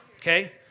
Okay